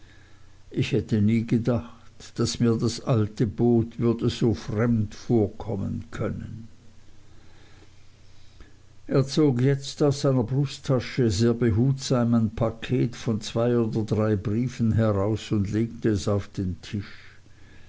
ich hätte nie gedacht daß mir das alte boot würde so fremd vorkommen können er zog jetzt aus seiner brusttasche sehr behutsam ein paket von zwei oder drei briefen heraus und legte es auf den tisch